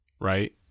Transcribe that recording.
right